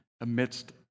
amidst